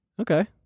Okay